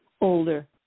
older